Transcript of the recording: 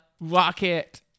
Rocket